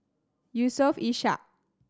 Yusof Ishak